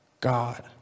God